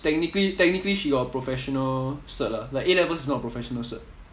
technically technically she got a professional cert lah like A-level is not a professional cert